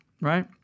Right